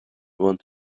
want